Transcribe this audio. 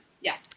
Yes